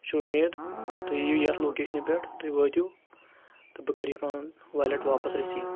چھِ اُمید تُہۍ یِیِو یَتھ لوکیشنہِ پؠٹھ تُہۍ وٲتِو تہٕ بہٕ کَرِ پَنُن ویلیٹ واپس رٔسیٖو